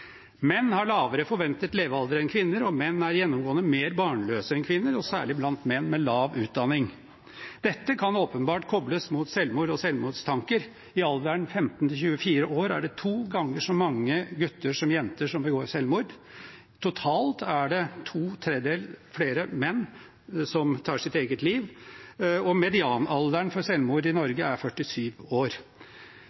Menn har lavere forventet levealder enn kvinner, menn er gjennomgående mer barnløse enn kvinner, særlig menn med lav utdanning. Dette kan åpenbart kobles mot selvmord og selvmordstanker. I alderen 15–24 år er det to ganger så mange gutter som jenter som begår selvmord. Totalt er det to tredeler flere menn som tar sitt eget liv, og medianalderen for selvmord i